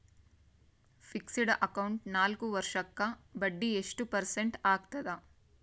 Fixed account ನಾಲ್ಕು ವರ್ಷಕ್ಕ ಬಡ್ಡಿ ಎಷ್ಟು ಪರ್ಸೆಂಟ್ ಆಗ್ತದ?